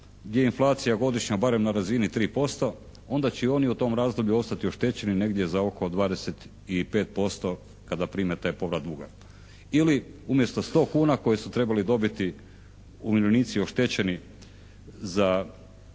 gdje je inflacija godišnja barem na razini 3% onda će i oni u tom razdoblju ostati oštećeni negdje za oko 25% kada prime taj povrat duga ili umjesto 100 kuna koje su trebali dobiti umirovljenici oštećeni za